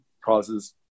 causes